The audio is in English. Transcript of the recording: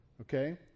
Okay